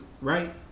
right